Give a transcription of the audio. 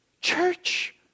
church